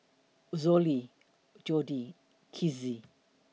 Zollie Jordy Kizzy